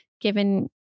given